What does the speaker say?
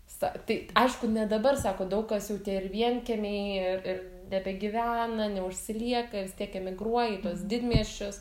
sa tai aišku ne dabar sako daug kas jau tie ir vienkiemiai ir ir nebegyvena neužsilieka vis tiek emigruoja į tuos didmiesčius